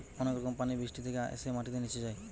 অনেক রকম পানি বৃষ্টি থেকে এসে মাটিতে নিচে যায়